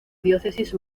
diócesis